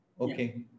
Okay